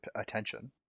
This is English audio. attention